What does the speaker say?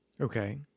Okay